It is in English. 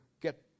get